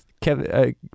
Kevin